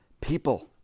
people